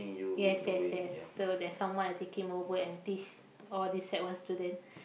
yes yes yes so there's someone taking over and teach all these sec one student